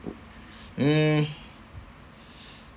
mm